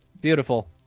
Beautiful